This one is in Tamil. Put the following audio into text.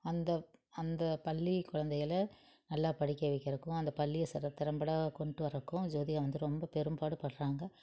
அந்த அந்த பள்ளி குலந்தைகள நல்லா படிக்க வைக்கிறக்கும் அந்த பள்ளிய சிற திறம்பட கொண்டுட்டு வர்றதுக்கும் ஜோதிகா வந்து ரொம்ப பெரும்பாடுப்படுறாங்க